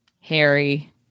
Harry